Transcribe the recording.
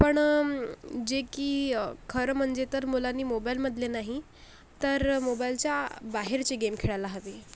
पण जे की खरं म्हणजे तर मुलांनी मोबाईलमधले नाही तर मोबाईलच्या बाहेरचे गेम खेळायला हवे